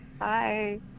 Hi